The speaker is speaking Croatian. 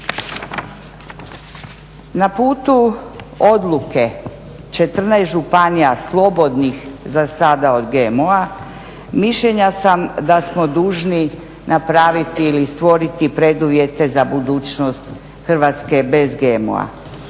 Na putu odluke 14 županija slobodnih za sada od GMO-a mišljenja sam da smo dužni napraviti ili stvoriti preduvjete za budućnost Hrvatske bez GMO-a.